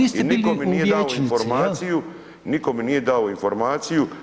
I nitko mi nije dao informaciju, nitko mi nije dao informaciju.